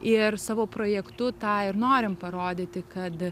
ir savo projektu tą ir norim parodyti kad